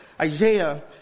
Isaiah